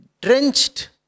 drenched